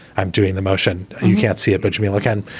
i'm doing the motion. you can't see it. punch me like and